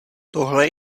tohle